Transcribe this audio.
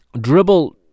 dribble